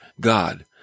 God